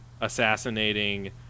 assassinating